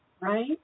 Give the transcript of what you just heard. right